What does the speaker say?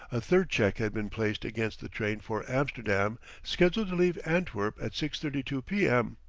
a third check had been placed against the train for amsterdam scheduled to leave antwerp at six thirty two p. m.